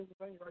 right